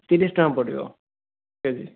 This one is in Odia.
ତିରିଶ ଟଙ୍କା ପଡ଼ିବ କେ ଜି